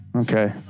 Okay